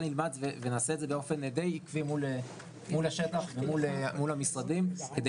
ונעשה את זה באופן די עקבי מול השטח ומול המשרדים כדי